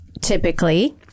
typically